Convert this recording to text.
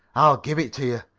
i'll give it to you.